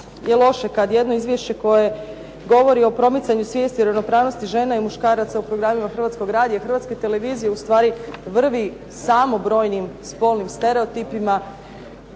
je loše kad jedno izvješće koje govori o promicanju svijesti o ravnopravnosti žena i muškaraca u programima Hrvatskog radija i Hrvatske televizije ustvari vrvi samo brojnim spolnim stereotipima